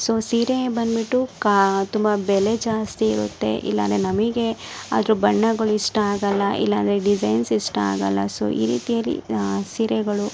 so ಸೀರೆ ಬಂದುಬಿಟ್ಟು ಕಾ ತುಂಬ ಬೆಲೆ ಜಾಸ್ತಿ ಇರುತ್ತೆ ಇಲ್ಲಾಂದರೆ ನಮಗೆ ಅದ್ರ ಬಣ್ಣಗಳ್ ಇಷ್ಟ ಆಗಲ್ಲ ಇಲ್ಲಾಂದರೆ ಡಿಸೈನ್ಸ್ ಇಷ್ಟ ಆಗಲ್ಲ ಸೊ ಈ ರೀತಿಯಲ್ಲಿ ಸೀರೆಗಳು